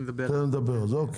בנוסח.